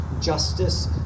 justice